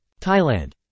Thailand